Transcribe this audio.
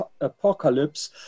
apocalypse